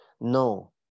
No